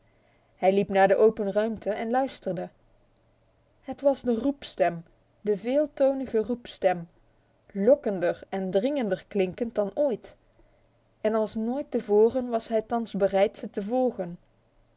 hij liep naar de open ruimte en luisterde het was de roepstem de veeltonige roepstem lokkender en dringender klinkend dan ooit en als nooit te voren was hij thans bereid haar te volgen